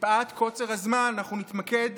מפאת קוצר הזמן אנחנו נתמקד